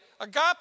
agape